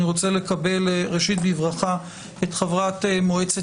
אני רוצה לקבל בברכה את חברת מועצת